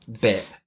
bit